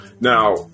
Now